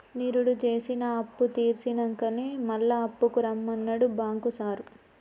నిరుడు జేసిన అప్పుతీర్సినంకనే మళ్ల అప్పుకు రమ్మన్నడు బాంకు సారు